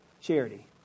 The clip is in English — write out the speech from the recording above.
charity